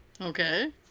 Okay